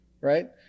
right